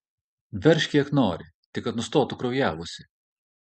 veržk kiek nori tik kad nustotų kraujavusi